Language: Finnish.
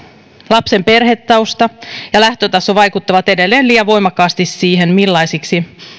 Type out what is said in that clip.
lapsen perhetausta ja lähtötaso vaikuttavat edelleen liian voimakkaasti siihen millaisiksi